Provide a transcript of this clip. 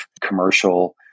commercial